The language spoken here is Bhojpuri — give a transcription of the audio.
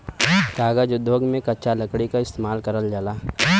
कागज उद्योग में कच्चा लकड़ी क इस्तेमाल करल जाला